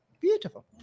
Beautiful